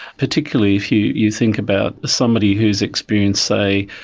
particularly if you you think about somebody who is experienced, say,